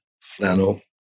flannel